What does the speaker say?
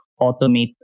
automate